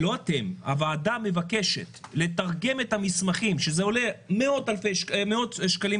הוועדה מבקשת לתרגם את המסמכים שזה עולה מאות שקלים,